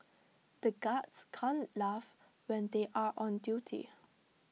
the guards can't laugh when they are on duty